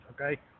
okay